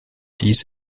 dies